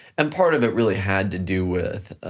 and part of it really had to do with